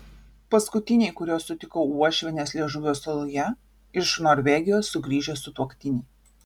paskutiniai kuriuos sutikau uošvienės liežuvio saloje iš norvegijos sugrįžę sutuoktiniai